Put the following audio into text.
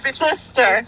sister